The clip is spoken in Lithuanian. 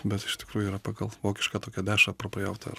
bet iš tikrųjų yra pagal vokišką tokią dešrą prapjautą ar